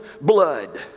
blood